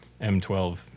M12